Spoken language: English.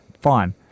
Fine